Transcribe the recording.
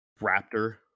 raptor